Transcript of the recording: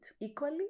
equally